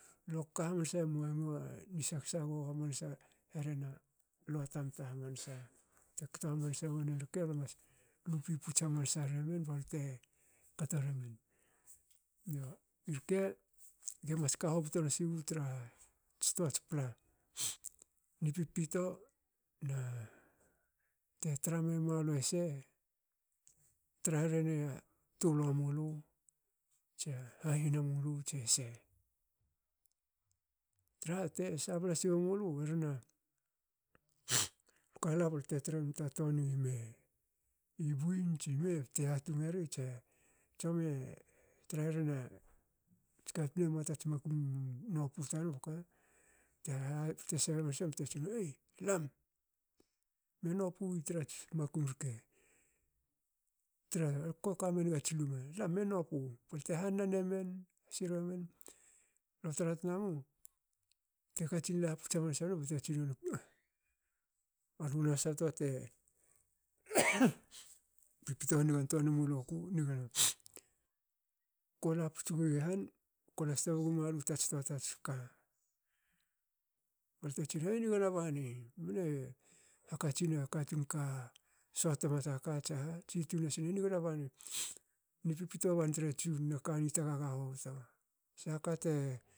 Lo ka hamansa memua ni sag- sagoho hamansa herena lua tanta hamansa. Te kto hamansa wonen rke lo mas lupi puts hamansa remen balte kato remen. Irke ge mas ka hobton siwi tra toats pla. Ni pipito na te tra memalu ese tra herene tuluamulu tse hahina mulu tsese traha te sabla sio mulu hrena lukala balte trenum ta toa nime. I buin tsime bte yatung eri tse tsomi e tra herena katun emua tats makum mun nopu tanen boka bte bte tsine num,"ei lam me nopu wu trats makum rke tra koka mengats luma me nopu."Balte hanan emen siruemen lue tra tnamu teka tsin laputs mansa ninna,"puo lu nahas a toa te pipito hanigantoa ne muloku."Nigna kola puts gui han kona sta negma lu tats toa tats ka. balte tsinenum e nigna bani mne hakatsinna katun ka soatma taka tsaha tsi tun nasini nigna bani ni pipito bantre tsunno kani tagaga hobto sahakate